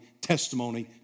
testimony